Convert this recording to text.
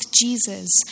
Jesus